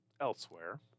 elsewhere